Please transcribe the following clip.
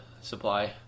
supply